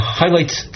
highlights